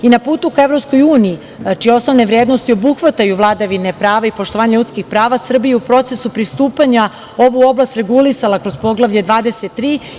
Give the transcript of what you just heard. Na putu ka EU, čije osnovne vrednosti obuhvataju vladavine prava i poštovanje ljudskih prava, Srbija u procesu pristupanja ovu oblast regulisala je kroz Poglavlje 23.